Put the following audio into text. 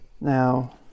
now